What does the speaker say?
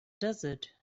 desert